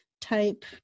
type